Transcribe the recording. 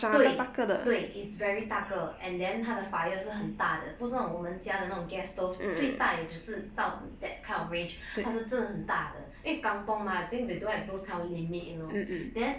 对对 it's very 大个 then 它的 fire 是很大的不是我们家的那种 gas stove 最大也只是到 that kind of range 它是真的很大的因为 kampung mah they don't have those kind of limit you know then